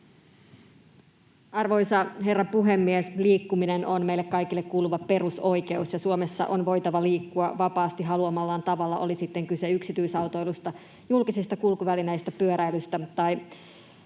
Arvoisa herra puhemies! Liikkuminen on meille kaikille kuuluva perusoikeus, ja Suomessa on voitava liikkua vapaasti haluamallaan tavalla, oli sitten kyse yksityisautoilusta, julkisista kulkuvälineistä, pyöräilystä tai